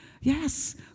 Yes